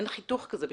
אין חיתוך כזה בכלל.